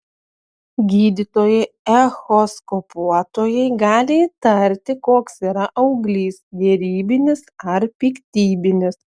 gydytojai echoskopuotojai gali įtarti koks yra auglys gerybinis ar piktybinis